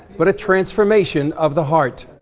but a transformation of the heart.